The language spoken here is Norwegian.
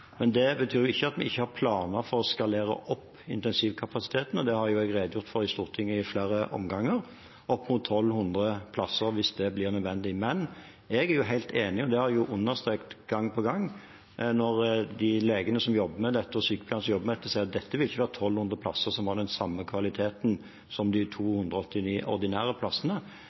Det betyr ikke at vi ikke har planer for å skalere opp intensivkapasiteten, og det har jeg redegjort for i Stortinget i flere omganger – opp mot 1 200 plasser hvis det blir nødvendig. Men jeg er helt enig – og det har jeg understreket gang på gang – med de legene og sykepleierne som jobber med dette, og som sier at dette ikke vil være 1 200 plasser som har den samme kvaliteten som de 289 ordinære plassene.